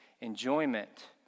enjoyment